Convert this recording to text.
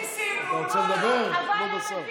אמר אורבך: